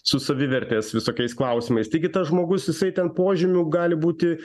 su savivertės visokiais klausimais taigi tas žmogus jisai ten požymių gali būti